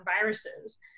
viruses